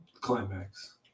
climax